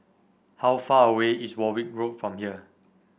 how far away is Warwick Road from here